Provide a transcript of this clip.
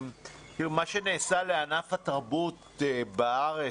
מה שנעשה לענף התרבות בארץ,